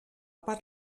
part